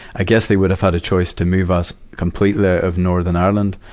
i guess they would have had a choice to move us completely out of northern ireland,